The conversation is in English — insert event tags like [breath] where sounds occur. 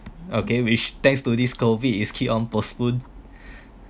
okay which thanks to this COVID it's keep on postponed [breath]